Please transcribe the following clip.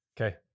Okay